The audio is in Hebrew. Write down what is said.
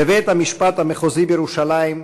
בבית-המשפט המחוזי בירושלים,